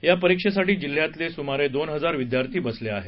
या परीक्षेसाठी जिल्ह्यातले सुमारे दोन हजार विद्यार्थी बसले आहेत